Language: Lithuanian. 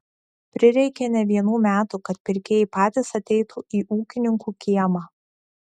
prireikė ne vienų metų kad pirkėjai patys ateitų į ūkininkų kiemą